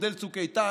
מודל צוק איתן.